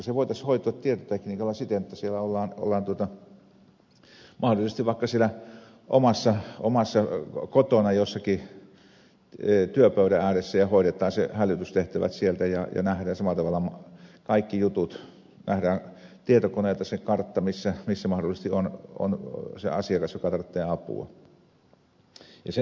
se voitaisiin hoitaa tietotekniikalla siten että siellä ollaan mahdollisesti vaikka siellä omassa kodissa jossakin työpöydän ääressä ja hoidetaan hälytystehtävät sieltä ja nähdään samalla tavalla kaikki jutut nähdään tietokoneelta se kartta missä mahdollisesti on se asiakas joka tarvitsee apua